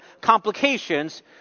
complications